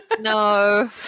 No